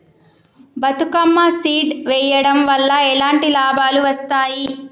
Bathukamma seed వెయ్యడం వల్ల ఎలాంటి లాభాలు వస్తాయి?